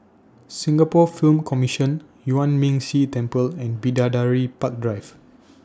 Singapore Film Commission Yuan Ming Si Temple and Bidadari Park Drive